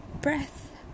breath